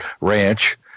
Ranch